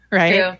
right